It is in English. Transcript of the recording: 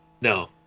No